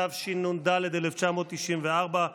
התשנ"ד 1994,